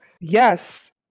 Yes